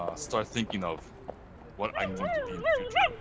ah start thinking of what i want to be in the future.